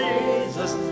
Jesus